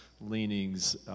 leanings